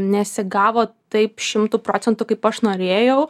nesigavo taip šimtu procentų kaip aš norėjau